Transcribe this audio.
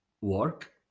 work